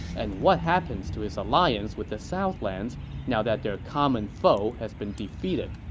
and what happens to his alliance with the southlands now that their common foe has been defeated,